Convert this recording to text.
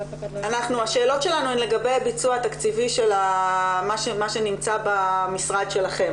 השאלות שלנו הן לגבי הביצוע התקציבי של מה שנמצא במשרד שלכם.